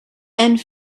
and